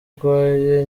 arwaye